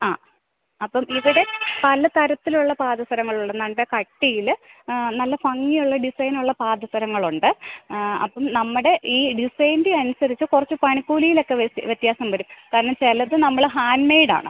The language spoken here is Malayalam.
ആ അപ്പം ഇവിടെ പലതരത്തിലുള്ള പാദസരങ്ങൾ ഉണ്ട് നല്ല കട്ടിയിൽ നല്ല ഭംഗി ഉള്ള ഡിസൈനുള്ള പാദസരങ്ങൾ ഉണ്ട് അപ്പം നമ്മുടെ ഈ ഡിസൈനിൻ്റെ അനുസരിച്ച് കുറച്ച് പണിക്കൂലിയിൽ ഒക്കെ വ്യത്യാസം വരും കാരണം ചിലത് നമ്മൾ ഹാൻഡ്മെയ്ഡ് ആണ്